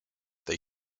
tej